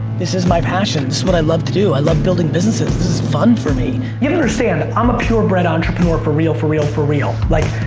this is my passion. it's what i love to do. i love building businesses, this is fun for me. you don't understand, i'm a pure bred entrepreneur for real, for real, for real, like,